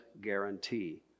guarantee